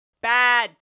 Bad